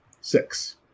Six